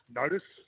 notice